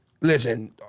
Listen